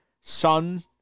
son